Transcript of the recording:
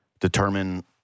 determine